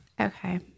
okay